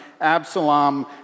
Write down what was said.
Absalom